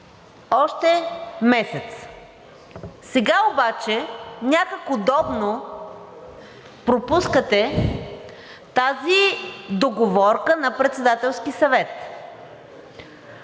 още месец. Сега обаче някак удобно пропускате тази договорка на Председателския съвет.